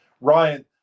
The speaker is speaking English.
Ryan